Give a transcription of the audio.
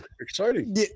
exciting